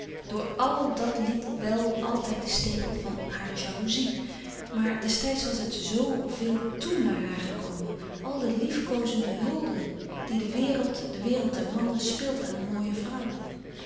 door àl dat liep wel altijd de stekel van haar jaloezie maar destijds was het zo veel toè naar haar gekomen àl de liefkoozende hulde die de wereld de wereld der mannen spilt aan een mooie vrouw